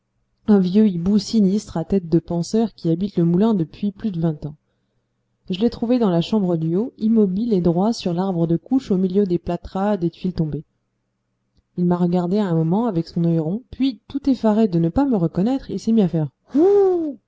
un vieux hibou sinistre à tête de penseur qui habite le moulin depuis plus de vingt ans je l'ai trouvé dans la chambre du haut immobile et droit sur l'arbre de couche au milieu des plâtras des tuiles tombées il m'a regardé un moment avec son œil rond puis tout effaré de ne pas me reconnaître il s'est mis à faire